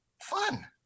fun